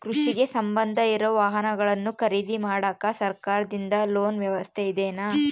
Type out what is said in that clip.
ಕೃಷಿಗೆ ಸಂಬಂಧ ಇರೊ ವಾಹನಗಳನ್ನು ಖರೇದಿ ಮಾಡಾಕ ಸರಕಾರದಿಂದ ಲೋನ್ ವ್ಯವಸ್ಥೆ ಇದೆನಾ?